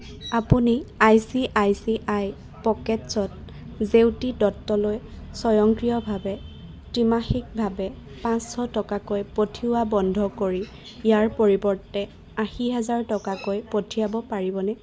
আপুনি I C I C I পকেটছ্ত জেউতি দত্তলৈ স্বয়ংক্ৰিয়ভাৱে ত্ৰিমাসিকভাৱে পাঁচশ টকাকৈ পঠিওৱা বন্ধ কৰি ইয়াৰ পৰিৱৰ্তে আশী হাজাৰ টকাকৈ পঠিয়াব পাৰিবনে